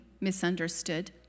misunderstood